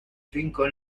cinco